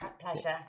pleasure